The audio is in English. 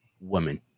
women